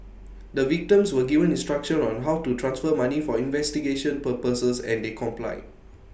the victims were given instructions on how to transfer money for investigation purposes and they complied